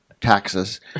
taxes